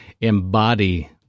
embody